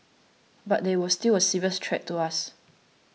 but they were still a serious threat to us